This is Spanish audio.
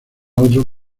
otros